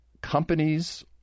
companies